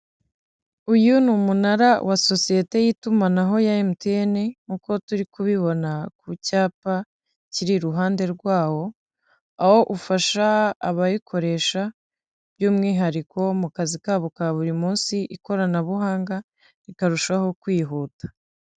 Uyu ni umunara wa sosiyete y'itumanaho ya emutiyene nkuko turi kubibona ku cyapa kiri iruhande rwawo aho ufasha abayikoresha by'umwihariko mu kazi kabo ka buri munsi ikoranabuhanga rikarushaho kwihuta.